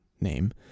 name